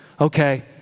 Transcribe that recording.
okay